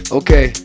okay